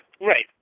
Right